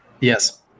Yes